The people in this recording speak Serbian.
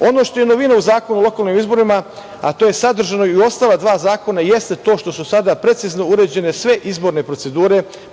Ono što je novina u Zakonu o lokalnim izborima, a to je sadržano i u ostala dva zakona jeste to što su sada precizno uređene sve izborne procedure,